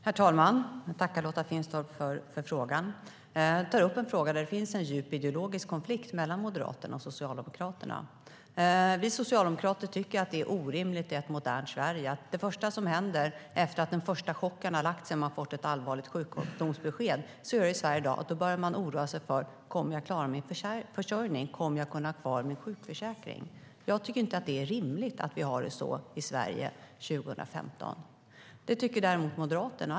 Herr talman! Jag tackar Lotta Finstorp för frågan. Hon tar upp en fråga där det finns en djup ideologisk konflikt mellan Moderaterna och Socialdemokraterna. Vi socialdemokrater tycker att det är orimligt i ett modernt Sverige att det första som händer efter att den första chocken lagt sig när man fått ett allvarligt sjukdomsbesked är att man ska börja oroa sig för om man kommer att klara sin försörjning och ha kvar sin sjukförsäkring. Jag tycker inte att det är rimligt att vi har det så i Sverige 2015. Det tycker däremot Moderaterna.